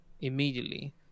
immediately